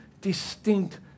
distinct